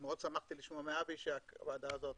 מאוד שמחתי לשמוע מאבי שהוועדה הזו